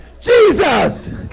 Jesus